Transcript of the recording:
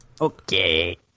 Okay